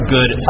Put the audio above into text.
Good